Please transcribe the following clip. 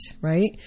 right